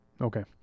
Okay